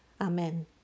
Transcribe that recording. amen